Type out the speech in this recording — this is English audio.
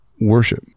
worship